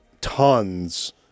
tons